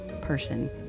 person